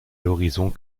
l’horizon